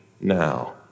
now